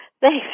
Thanks